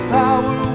power